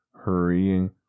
hurrying